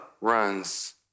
runs